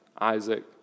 Isaac